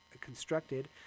constructed